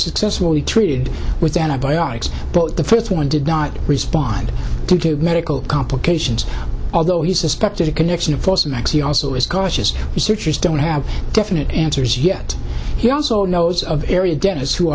successfully treated with antibiotics but the first one did not respond to medical complications although he suspected a connection fosamax he also is cautious researchers don't have definite answers yet he also knows of area dentists who